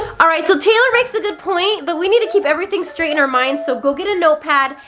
alright, so taylor makes a good point, but we need to keep everything straight in our minds, so go get a notepad,